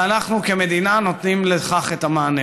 ואנחנו כמדינה נותנים לכך את המענה.